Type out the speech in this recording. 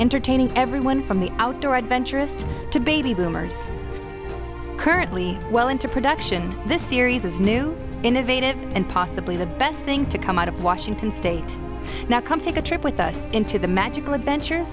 entertaining everyone from the outdoor adventure to baby boomers currently well into production this series is new innovative and possibly the best thing to come out of washington state now come take a trip with us into the magical adventures